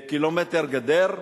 קילומטר גדר,